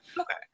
Okay